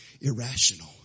irrational